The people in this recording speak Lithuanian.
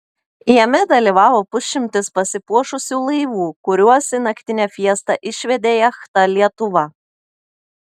jame dalyvavo pusšimtis pasipuošusių laivų kuriuos į naktinę fiestą išvedė jachta lietuva